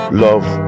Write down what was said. love